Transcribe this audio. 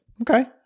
Okay